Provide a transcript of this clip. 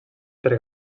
per